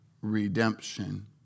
redemption